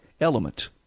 element